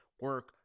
Work